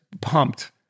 pumped